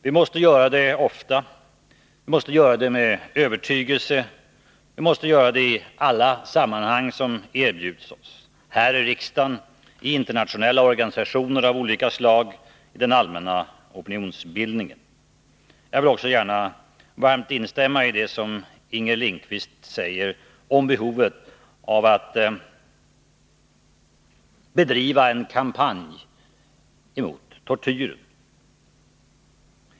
Vi måste göra det ofta, vi måste göra det med övertygelse och vi måste göra det i alla sammanhang som erbjuds oss: här i riksdagen, i internationella organisationer av olika slag, i den allmänna opinionsbildningen. Jag vill också gärna varmt instämma i det som Inger Lindquist sade om behovet av att bedriva en kampanj emot tortyr.